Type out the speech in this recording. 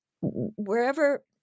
Wherever